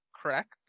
correct